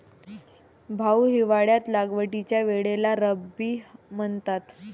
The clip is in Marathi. भाऊ, हिवाळ्यात लागवडीच्या वेळेला रब्बी म्हणतात